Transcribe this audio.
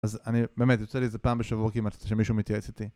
אז אני באמת, יוצא לי איזה פעם בשבוע כמעט שמישהו מתייעץ איתי.